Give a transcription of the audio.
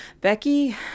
Becky